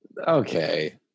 okay